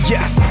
Yes